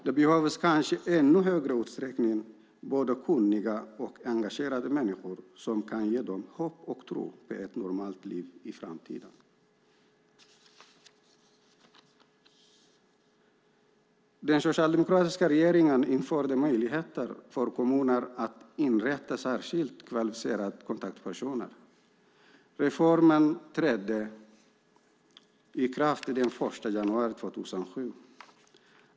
De behöver kanske i ännu högre utsträckning både kunniga och engagerade människor som kan ge dem hopp och tro på ett normalt liv i framtiden. Den socialdemokratiska regeringen införde möjligheter för kommuner att inrätta särskilt kvalificerade kontaktpersoner. Reformen trädde i kraft den 1 januari 2007.